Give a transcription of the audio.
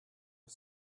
are